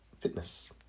fitness